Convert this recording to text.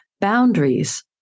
boundaries